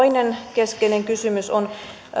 keskeinen kysymys on